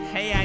Hey